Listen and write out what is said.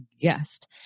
guest